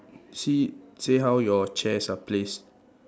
see say how your chairs are placed